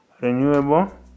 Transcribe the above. renewable